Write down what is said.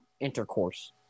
intercourse